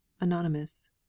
anonymous